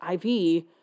IV